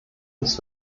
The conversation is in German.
uns